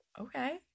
Okay